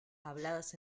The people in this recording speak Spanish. habladas